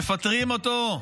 מפטרים אותו?